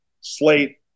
slate